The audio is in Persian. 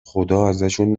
خداازشون